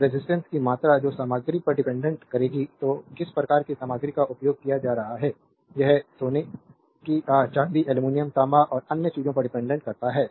तो रेजिस्टेंस की मात्रा जो सामग्री पर डिपेंडेंट करेगी तो किस प्रकार की सामग्री का उपयोग किया जा रहा है यह सोने की आह चांदी एल्यूमीनियम तांबा और अन्य चीज़ों पर डिपेंडेंट करता है